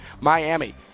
Miami